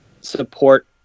support